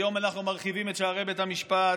היום אנחנו מרחיבים את שערי בית המשפט.